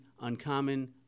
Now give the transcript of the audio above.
uncommon